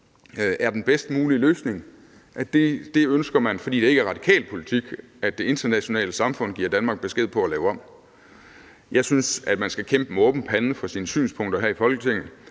er den bedst mulige løsning, ønsker man, fordi det ikke er radikal politik, at det internationale samfund giver Danmark besked på at lave om. Jeg synes, at man skal kæmpe med åben pande for sine synspunkter her i Folketinget.